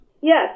Yes